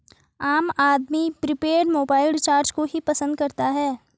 आम आदमी prepaid mobile recharge को ही पसंद करता है